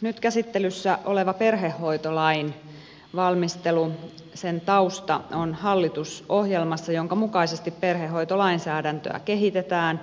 nyt käsittelyssä oleva perhehoitolain valmistelu ja sen tausta on hallitusohjelmassa jonka mukaisesti perhehoitolainsäädäntöä kehitetään